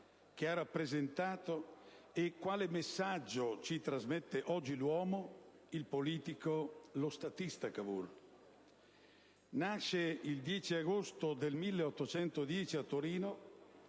cosa ha rappresentato e quale messaggio ci trasmette oggi l'uomo, il politico, lo statista Cavour. Cavour nasce il 10 agosto 1810 a Torino,